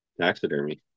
taxidermy